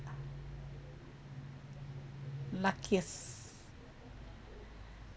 luckiest